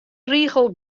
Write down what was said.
rigel